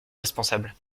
responsable